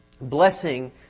Blessing